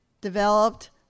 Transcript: developed